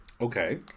Okay